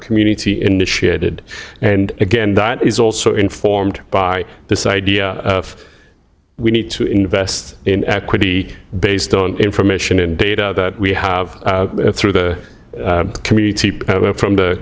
community initiated and again that is also informed by this idea of we need to invest in equity based on information and data that we have through the community from t